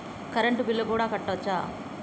Current bill కూడా కట్టొచ్చా?